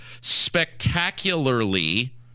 spectacularly